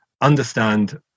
understand